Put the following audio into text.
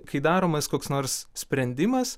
kai daromas koks nors sprendimas